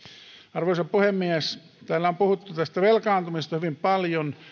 arvoisa puhemies täällä on puhuttu velkaantumisesta hyvin paljon